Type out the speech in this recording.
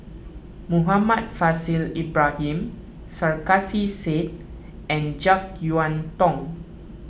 Muhammad Faishal Ibrahim Sarkasi Said and an Jek Yeun Thong